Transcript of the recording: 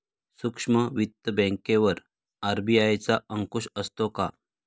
सूक्ष्म वित्त बँकेवर आर.बी.आय चा अंकुश असतो का?